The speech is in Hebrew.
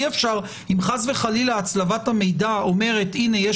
אם חס וחלילה הצלבת המידע אומרת: הנה יש